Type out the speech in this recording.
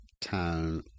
town